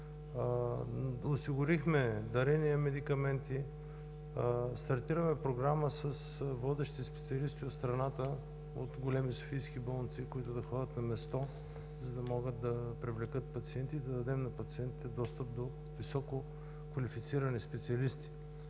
Осигурихме дарения медикаменти, стартираме програма с водещи специалисти от страната от големи софийски болници, които да ходят на място, за да могат да привлекат пациенти и да дадем на пациентите достъп до висококвалифицирани специалисти.